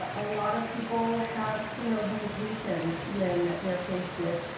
ah a lot of people have some real hesitation when they're faced with